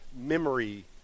memory